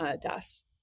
deaths